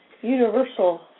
universal